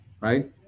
right